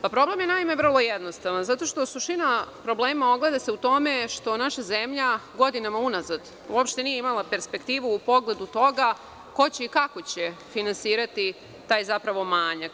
Problem je vrlo jednostavan, zato što se suština problema ogleda u tome što naša zemlja godinama unazad uopšte nije imala perspektivu u pogledu toga ko će i kako će finansirati taj manjak.